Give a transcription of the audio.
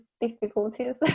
difficulties